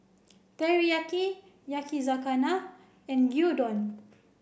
Teriyaki Yakizakana and Gyudon